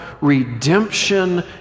redemption